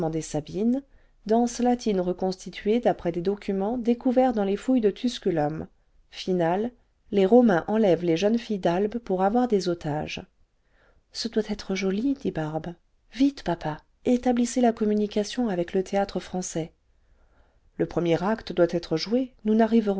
sabines danses latines reconstituées d'après des documents découverts dans les fouilles de tusoulum finale les b omains enlèvent les jeunes filles d'albe pour avoir des otages ce doit être joli dit barbe vite papa établissez la communication avec le théâtre-français le premier acte doit être joué nous n'arriverons